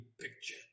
picture